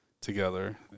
together